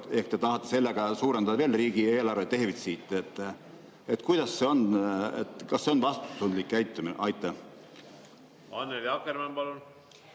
Ehk te tahate sellega suurendada veel riigieelarve defitsiiti. Kuidas sellega on, kas see on vastutustundlik käitumine? Aitäh,